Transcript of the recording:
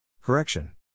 Correction